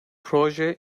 proje